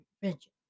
Prevention